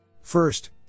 First